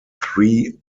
three